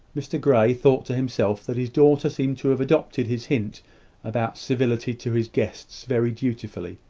mr grey thought to himself that his daughter seemed to have adopted his hint about civility to his guests very dutifully.